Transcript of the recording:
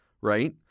Right